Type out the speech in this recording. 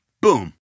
boom